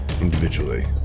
individually